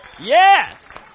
yes